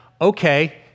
okay